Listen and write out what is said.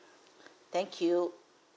thank you